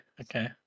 okay